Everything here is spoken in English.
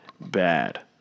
bad